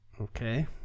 Okay